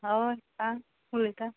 हय सांग उलयतां